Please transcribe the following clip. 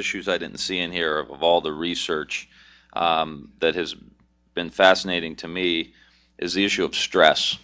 issues i didn't see an error of all the research that has been fascinating to me is the issue of stress